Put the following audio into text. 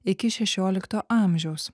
iki šešiolikto amžiaus